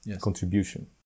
contribution